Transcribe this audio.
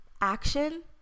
action